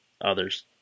others